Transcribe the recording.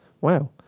Wow